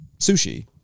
sushi